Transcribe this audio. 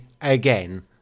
again